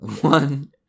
one